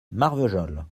marvejols